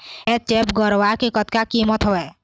HF गरवा के कतका कीमत हवए?